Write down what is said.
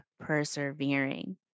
persevering